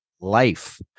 life